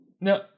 No